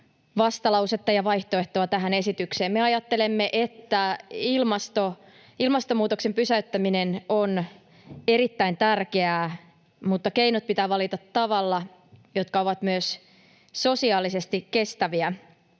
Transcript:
vastalausetta ja vaihtoehtoa tähän esitykseen. Me ajattelemme, että ilmastonmuutoksen pysäyttäminen on erittäin tärkeää, mutta keinot pitää valita tavalla, jotka ovat myös sosiaalisesti kestäviä.